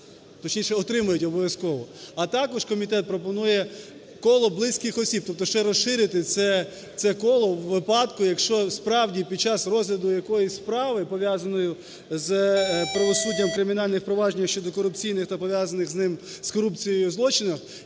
точніше, отримують обов'язково. А також комітет пропонує коло близьких осіб, тобто ще розширити це коло у випадку, якщо, справді, під час розгляду якоїсь справи, пов'язаної з правосуддям, кримінальних проваджень і щодо корупційних та пов'язаних з ним з корупцією злочинів,